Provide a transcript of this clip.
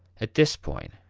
at this point,